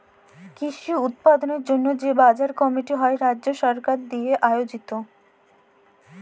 কৃষি উৎপাদলের জন্হে যে বাজার কমিটি হ্যয় রাজ্য সরকার দিয়া আয়জিত